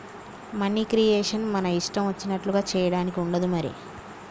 money creation మన ఇష్టం వచ్చినట్లుగా చేయడానికి ఉండదు మరి